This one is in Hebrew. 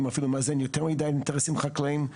אפילו מאזן יותר מידי אינטרסים חקלאיים.